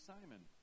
Simon